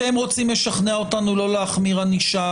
אתם רוצים לשכנע אותנו לא להחמיר ענישה